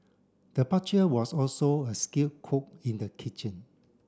the butcher was also a skilled cook in the kitchen